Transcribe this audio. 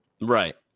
Right